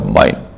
mind